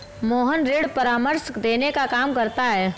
मोहन ऋण परामर्श देने का काम करता है